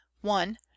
One